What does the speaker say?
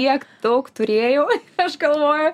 tiek daug turėjau aš galvoju